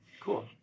Cool